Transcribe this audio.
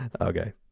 Okay